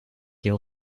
your